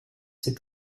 ses